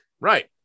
right